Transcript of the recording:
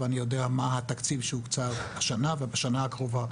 ואני יודע מה התקציב שהוקצב השנה ובשנה הקרובה,